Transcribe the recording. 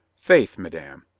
faith, madame,